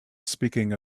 speaking